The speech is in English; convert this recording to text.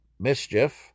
mischief